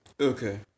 Okay